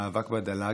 המאבק בדה-לג.